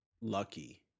lucky